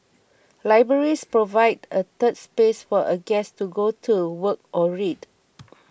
libraries provide a third space for a guest to go to work or read